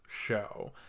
show